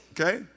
Okay